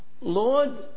Lord